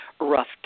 rough